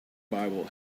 bible